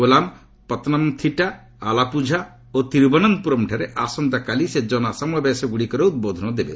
କୋଲାମ୍ ପତନମ୍ଥିଟା ଆଲାପୁଝା ଓ ତିରିବନ୍ତପୁରମଠାରେ ଆସନ୍ତାକାଲି ସେ ଜନସମାବେଶଗୁଡ଼ିକରେ ଉଦ୍ବୋଧନ ଦେବେ